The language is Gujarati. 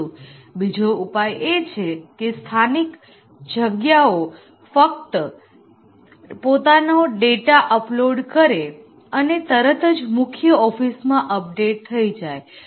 પરંતુ બીજો ઉપાય એ છે કે સ્થાનિક જગ્યાઓ ફક્ત પોતાનો ડેટા અપલોડ કરે અને તરત જ મુખ્ય ઓફિસમાં અપડેટ થઈ જાય